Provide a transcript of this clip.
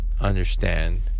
understand